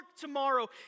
tomorrow